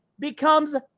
becomes